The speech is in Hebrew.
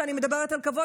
כשאני מדברת על כבוד,